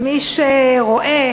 מי שרואה